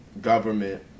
government